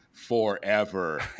Forever